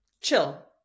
chill